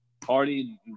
party